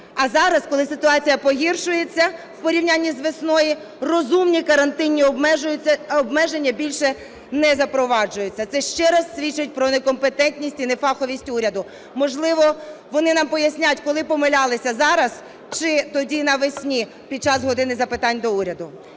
А зараз, коли ситуація погіршується в порівнянні з весною, розумні карантинні обмеження більше не запроваджуються. Це ще раз свідчить про некомпетентність і нефаховість уряду. Можливо, вони нам пояснять, коли помилялися: зараз чи тоді навесні під час "години запитань до Уряду".